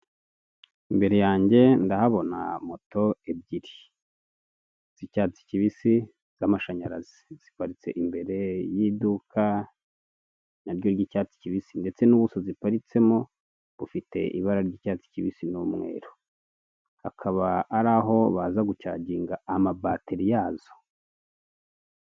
Imbere yange ndahabona moto ebyiri, z'icyatsi kibisi, z'amashanyarazi, ziparitse imbere y'iduka na ryo ry'icyatsi kibisi, ndetse n'ubuso ziparitsemo bufite ibara ry'icyatsi kibisi n'umweru. Hakaba ari aho baza gucaginga amabatiri yazo.